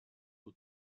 aux